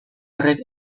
horrek